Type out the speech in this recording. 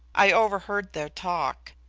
i overheard their talk.